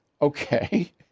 Okay